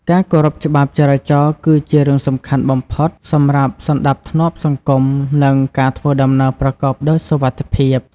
ការគោរពច្បាប់ចរាចរណ៍គឺជារឿងសំខាន់បំផុតសម្រាប់សណ្តាប់ធ្នាប់សង្គម និងការធ្វើដំណើរប្រកបដោយសុវត្ថិភាព។